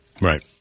Right